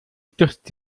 stürzt